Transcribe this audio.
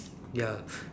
ya